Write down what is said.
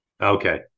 Okay